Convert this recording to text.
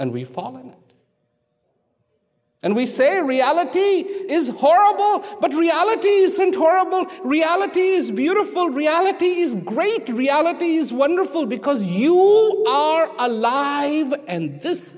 and we follow and we say reality is horrible but reality isn't horrible reality is beautiful reality is great reality is wonderful because you are alive and this